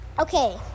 Okay